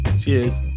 Cheers